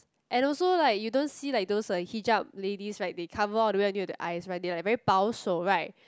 and also like you don't see like those hijab ladies right they cover all the ways until the eyes right they are like very 保守 right